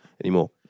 anymore